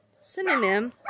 Synonym